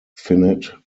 finite